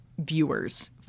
viewers